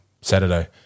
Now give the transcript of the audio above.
Saturday